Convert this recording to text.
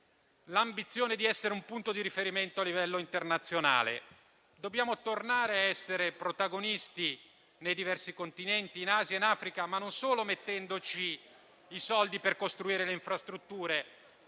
l'ambizione di essere un punto di riferimento a livello internazionale. Dobbiamo tornare a essere protagonisti nei diversi Continenti, in Asia, in Africa, ma non solo mettendoci i soldi per costruire le infrastrutture,